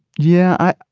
yeah.